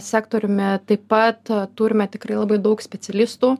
sektoriumi taip pat turime tikrai labai daug specialistų